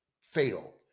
fatal